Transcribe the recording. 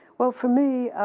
well, for me,